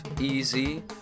easy